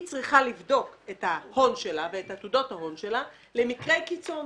שהיא צריכה לבדוק את ההון שלה ואת עתודות ההון שלה למקרי קיצון,